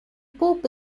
pope